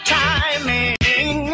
timing